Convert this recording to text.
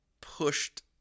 pushed